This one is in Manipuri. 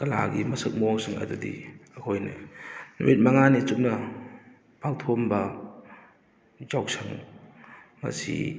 ꯀꯂꯥꯒꯤ ꯃꯁꯛ ꯃꯑꯣꯡꯁꯤꯡ ꯑꯗꯨꯗꯤ ꯑꯩꯈꯣꯏꯅ ꯅꯨꯃꯤꯠ ꯃꯉꯥꯅꯤ ꯆꯨꯞꯅ ꯄꯥꯡꯊꯣꯛꯑꯝꯕ ꯌꯥꯎꯁꯪ ꯃꯁꯤ